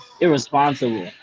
irresponsible